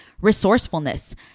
resourcefulness